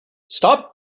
stop